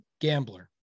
GAMBLER